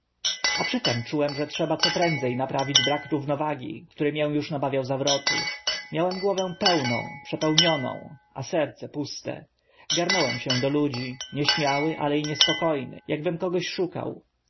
a przy tym czułem że trzeba co prędze naprawić brak równowagi który mię uż nabawiał zawrotu miałem głowę pełną przepełnioną a serce puste garnąłem się do ludzi nieśmiały ale i niespoko ny akbym kogoś szukał